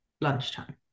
lunchtime